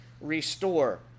restore